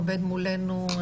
עובד מולנו,